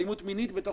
אלימות מינית בתוך